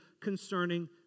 concerning